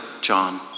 John